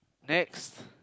next